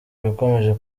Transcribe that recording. bikomeje